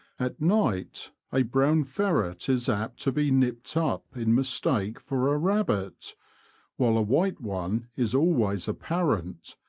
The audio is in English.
at night a brown ferret is apt to be nipped up in mistake for a rabbit while a white one is always apparent,